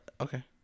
Okay